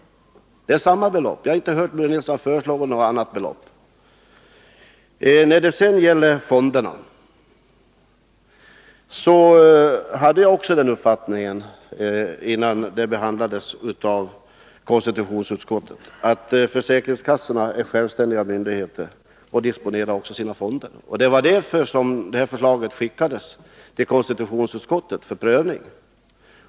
Det är fråga om samma belopp. Jag har inte hört Börje Nilsson föreslå något annat belopp. Beträffande fonderna: Jag hade också den uppfattningen, innan frågan hade behandlats av konstitutionsutskottet, att försäkringskassorna är självständiga myndigheter och också disponerar sina fonder. Det var därför förslaget skickades till konstitutionsutskottet för prövning.